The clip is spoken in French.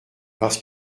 parce